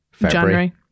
january